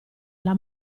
alla